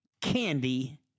candy